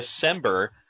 December